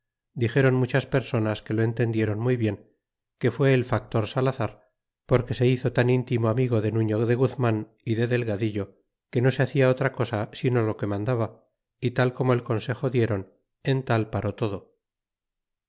dixéron muchas personas que lo entendiéron muy bien que fué el factor salazar porque se hizo tan intimo amigo de nufio de guzman y de delgadillo que no se hacia otra cosa sino lo que mandaba y tal como el consejo diéron en tal paré todo